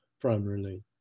primarily